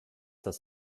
das